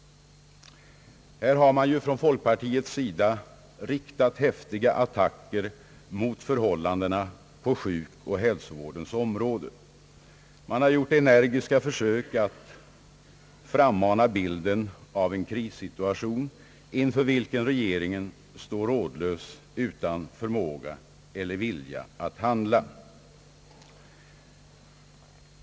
Här har ju från folkpartiets sida riktats häftiga attacker mot förhållandena på sjukoch hälsovårdens område. Man har gjort energiska försök att frammana bilden av en krissituation, inför vilken regeringen står rådlös, utan förmåga eller vilja att handla.